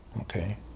okay